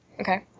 Okay